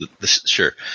Sure